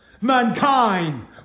mankind